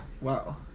Wow